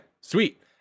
sweet